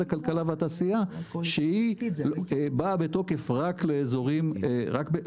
הכלכלה והתעשייה שהיא באה בתוקף רק במסחר.